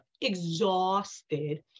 exhausted